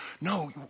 no